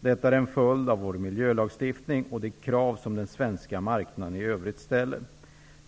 Detta är en följd av vår miljölagstiftning och de krav som den svenska marknaden i övrigt ställer.